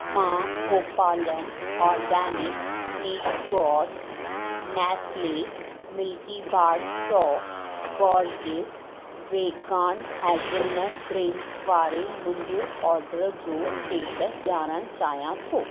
मां गोपालनि organic snack गॉड नेस्ले मिल्कीबार चो बॉर्गिस वीगान हैज़लनट ड्रिंक वारे मुंहिंजे ऑडर जो स्टेटस ॼाणणु चाहियां थो